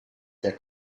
der